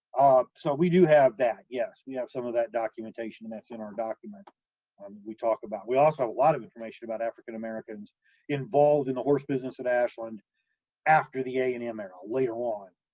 so we do have that, yes, we have some of that documentation and that's in our document um we talk about. we also have a lot of information about african americans involved in the horse business at ashland after the a and m era, later on.